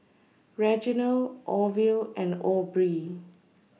Reginald Orville and Aubrie